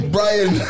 Brian